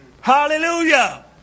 Hallelujah